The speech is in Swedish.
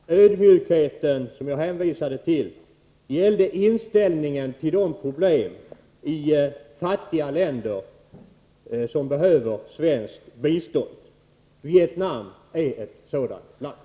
Herr talman! Jag vill helt kort säga, att den ödmjukhet som jag hänvisade till gällde inställningen till problemen i de fattiga länder som behöver svenskt bistånd. Vietnam är ett sådant land.